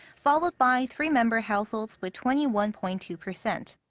followed by three-member households with twenty one point two percent.